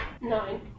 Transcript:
nine